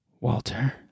Walter